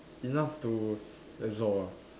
enough to that's all ah